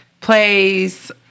plays